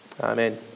Amen